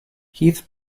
heath